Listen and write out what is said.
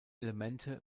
elemente